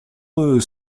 eux